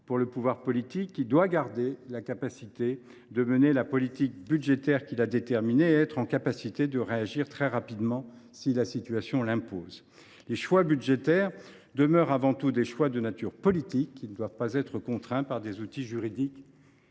pour le pouvoir politique, qui doit garder la capacité de mener la politique budgétaire qu’il a déterminée et pouvoir réagir très rapidement si la situation l’impose. Les choix budgétaires demeurent avant tout des choix de nature politique, qui ne doivent pas être contraints par des outils juridiques